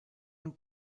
und